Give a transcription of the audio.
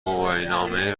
گواهینامه